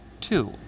Two